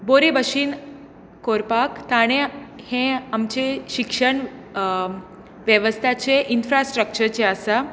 बरे भाशेन करपाक ताणें हें आमचें शिक्षण वेवस्थाचें इन्फ्रास्ट्रक्चर जें आसा